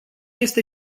este